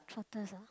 trotters ah